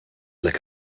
like